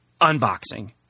unboxing